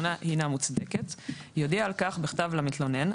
שהתלונה הייתה מוצדקת ,יודיע על כך בכתב למתלונן,